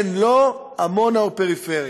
כן, לא, עמונה או פריפריה.